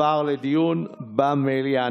עבר לדיון במליאה.